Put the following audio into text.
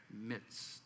midst